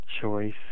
choice